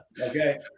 Okay